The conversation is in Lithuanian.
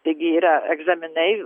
taigi yra egzaminai